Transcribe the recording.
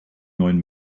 neuen